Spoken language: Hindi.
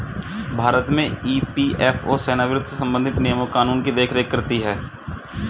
भारत में ई.पी.एफ.ओ सेवानिवृत्त से संबंधित नियम कानून की देख रेख करती हैं